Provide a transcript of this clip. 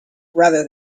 rather